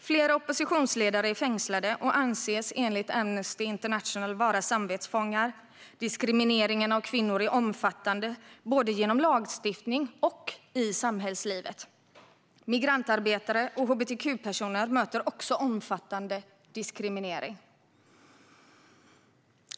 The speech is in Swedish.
Flera oppositionsledare är fängslade och anses enligt Amnesty International vara samvetsfångar. Diskrimineringen av kvinnor är omfattande, både genom lagstiftning och i samhällslivet. Migrantarbetare och hbtq-personer möter också omfattande diskriminering.